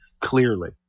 clearly